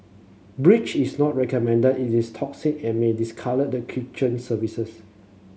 breach is not recommended it is toxic and may discolour the kitchen surfaces